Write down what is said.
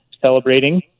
celebrating